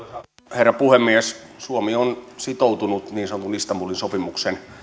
herra puhemies suomi on sitoutunut niin sanotun istanbulin sopimuksen